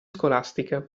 scolastiche